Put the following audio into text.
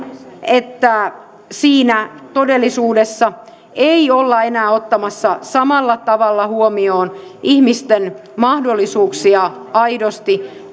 että siinä todellisuudessa ei olla enää ottamassa samalla tavalla huomioon ihmisten mahdollisuuksia aidosti